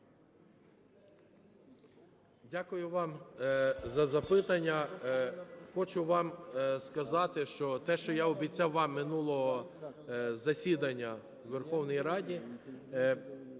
Дякую вам за запитання. Хочу вам сказати, що те, що я обіцяв вам минулого засідання Верховної Ради,